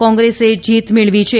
કોંત્રેસે જીત મેળવી છે